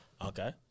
Okay